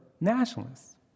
nationalists